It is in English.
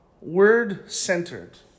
word-centered